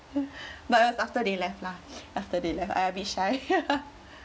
but it was after they left lah after they left I a bit shy